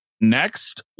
Next